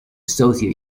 socio